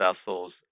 vessels